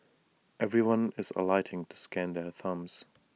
everyone is alighting to scan their thumbs